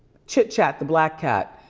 chitchat, the black cat,